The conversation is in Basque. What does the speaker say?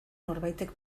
norbaitek